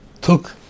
took